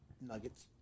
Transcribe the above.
nuggets